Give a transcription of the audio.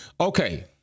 Okay